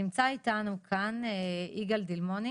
נמצא איתנו כאן יגאל דילמוני